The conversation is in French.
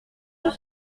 deux